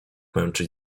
męczyć